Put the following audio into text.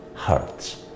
hurts